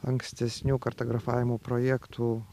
ankstesnių kartografavimo projektų